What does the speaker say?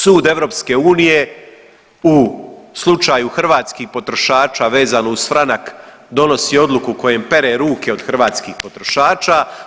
Sud EU u slučaju hrvatskih potrošača vezano uz franak donosi odluku kojom pere ruke od hrvatskih potrošača.